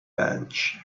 bench